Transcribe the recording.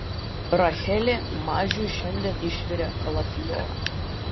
rachelė mažiui šiandien išvirė kalafiorą